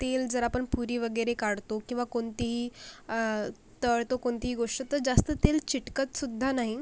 तेल जर आपण पुरी वगैरे काढतो किंवा कोणतीही तळतो कोणतीही गोष्ट तर जास्त तेल चिटकतसुद्धा नाही